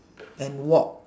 and walk